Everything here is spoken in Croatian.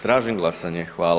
Tražim glasanje.